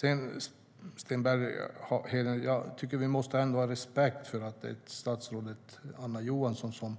Till Sten Bergheden vill jag säga att vi måste ha respekt för att det är statsrådet Anna Johansson